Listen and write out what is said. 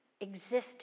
existed